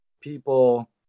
people